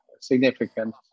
significant